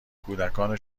کودکان